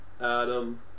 Adam